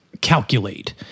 calculate